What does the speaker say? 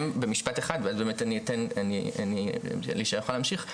אז אני אסיים במשפט אחד ואלישע יוכל להמשיך.